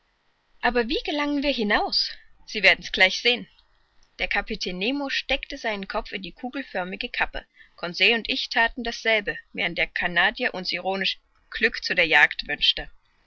aber wie gelangen wir hinaus sie werden's gleich sehen der kapitän nemo steckte seinen kopf in die kugelförmige kappe conseil und ich thaten dasselbe während der canadier uns ironisch glück zu der jagd wünschte